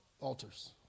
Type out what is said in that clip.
altars